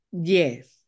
yes